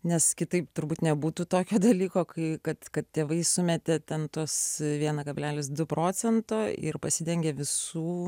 nes kitaip turbūt nebūtų tokio dalyko kai kad tėvai sumetė ten tuos vieną kablelis du procento ir pasidengia visų